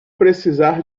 precisar